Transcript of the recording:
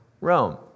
Rome